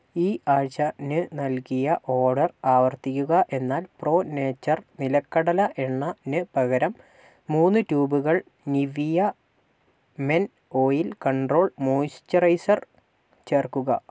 ഈ ആഴ്ച ന് നൽകിയ ഓർഡർ ആവർത്തിക്കുക എന്നാൽ പ്രോ നേച്ചർ നിലക്കടല എണ്ണന് പകരം മൂന്ന് ട്യൂബുകൾ Nivea men oil control moisturiser ചേർക്കുക